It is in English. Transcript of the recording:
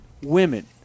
women